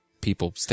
people